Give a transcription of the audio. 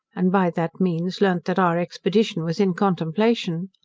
and by that means learnt that our expedition was in contemplation.